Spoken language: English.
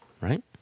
right